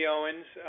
Owens